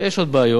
יש עוד בעיות.